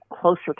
closer